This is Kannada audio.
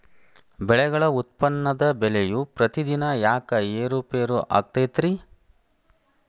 ಬೆಳೆಗಳ ಉತ್ಪನ್ನದ ಬೆಲೆಯು ಪ್ರತಿದಿನ ಯಾಕ ಏರು ಪೇರು ಆಗುತ್ತೈತರೇ?